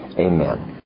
Amen